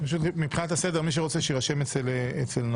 מבחינת הסדר, מי שרוצה שיירשם אצל נועה.